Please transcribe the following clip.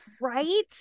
right